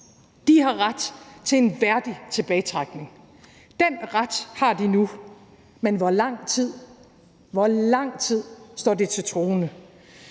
De har ret til en værdig tilbagetrækning. Den ret har de nu, men hvor lang tid? Hvor lang tid står det til troende?